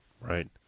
Right